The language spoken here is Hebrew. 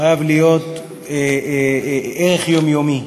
חייב להיות ערך יומיומי.